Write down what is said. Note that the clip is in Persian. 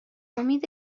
امید